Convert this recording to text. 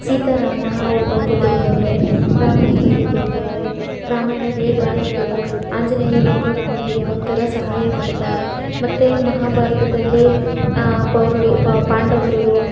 ಸೀತಾ ರಾಮ ಅವ್ರ ಬಗ್ಗೆ ತಿಳ್ದ್ಕೊಂಡೆ ರಾವಣನ ಬಗ್ಗೆ ತಿಳ್ದ್ಕೊಂಡೆ ರಾಮಾಯಣ ಹೇಗೆ ಆಯಿತು ಆಂಜನೇಯ ಬಂದು ರಾಮನಿಗೆ ಯಾವ ಥರ ಸಹಾಯ ಮಾಡಿದ ಮತ್ತೆ ಮಹಾಭಾರತದಲ್ಲಿ ಆ ಪೌರರು ಪಾಂಡವರು